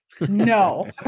No